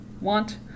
want